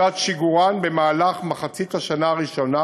לקראת שיגורן במהלך מחצית השנה הראשונה